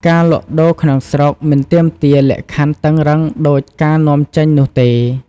ការលក់ដូរក្នុងស្រុកមិនទាមទារលក្ខខណ្ឌតឹងរ៉ឹងដូចការនាំចេញនោះទេ។